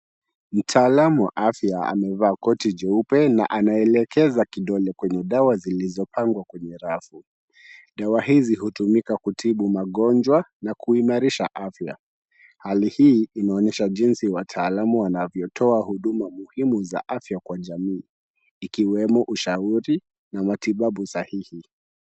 Mtaalamu wa afya amevaa koti jeupe na anaelekeza kidole kwenye dawa zilizopangwa kwenye rafu. Dawa hizi hutumika kutibu magonjwa na kuimarisha afya. Hali hii inaonyesha jinsi wataalamu wanavyotoa huduma muhimu za afya kwa jamii, ikiwemo ushauri na matibabu sahihi.